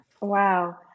Wow